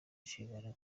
inshingano